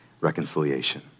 reconciliation